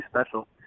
special